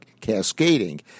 cascading